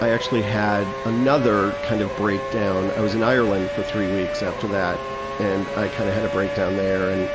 i actually had another kind of breakdown. i was in ireland for three weeks after that and i kinda kind of had a breakdown there and